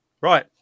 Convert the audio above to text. Right